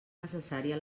necessària